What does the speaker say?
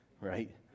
right